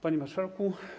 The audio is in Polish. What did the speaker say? Panie Marszałku!